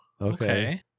Okay